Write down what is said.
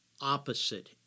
opposite